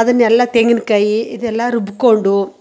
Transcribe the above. ಅದನ್ನೆಲ್ಲ ತೆಂಗಿನಕಾಯಿ ಇದೆಲ್ಲ ರುಬ್ಬಿಕೊಂಡು